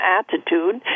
attitude